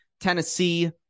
Tennessee